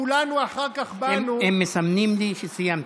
וכולנו אחר כך באנו, הם מסמנים לי שסיימת.